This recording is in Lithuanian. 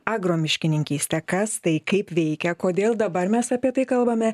agro miškininkystę kas tai kaip veikia kodėl dabar mes apie tai kalbame